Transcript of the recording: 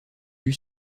vue